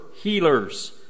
healers